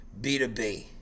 B2B